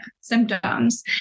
symptoms